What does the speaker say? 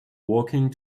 walking